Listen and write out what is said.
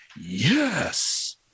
yes